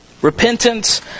Repentance